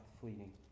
fleeting